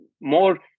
more